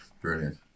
Brilliant